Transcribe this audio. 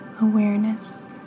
awareness